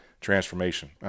transformation